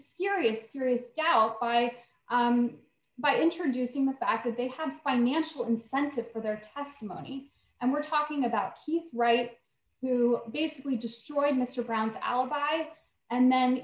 serious serious outcry by introducing the fact that they have financial incentive for their testimony and we're talking about the right who basically destroyed mr brown's alibi and then